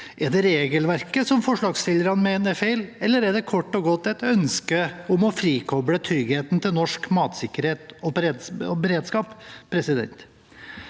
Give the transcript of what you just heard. Er det regelverket forslagsstillerne mener er feil, eller er det kort og godt et ønske om å frikoble tryggheten til norsk matsikkerhet og beredskap?